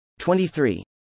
23